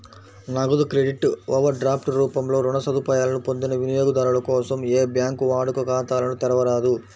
నగదు credit, overdraft రూపంలో రుణ సదుపాయాలను పొందిన వినియోగదారుల కోసం ఏ బ్యాంకూ వాడుక ఖాతాలను తెరవరాదు